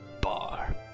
bar